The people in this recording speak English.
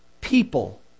people